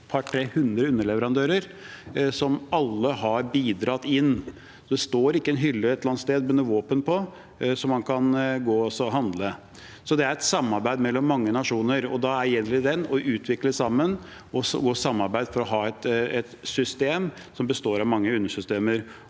200–300 underleverandører som alle har bidratt. Det står ikke en hylle et eller annet sted med våpen som man kan gå og handle. Det er et samarbeid mellom mange nasjoner, og da gjelder det å utvikle sammen og samarbeide for å ha et system som består av mange undersystemer